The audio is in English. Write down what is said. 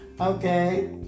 Okay